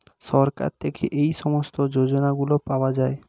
সরকার থেকে এই সমস্ত যোজনাগুলো পাওয়া যায়